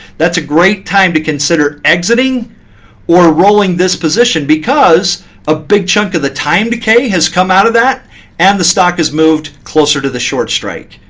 that's a great time to consider exiting or rolling this position, because a big chunk of the time decay has come out of that and the stock has moved closer to the short strike.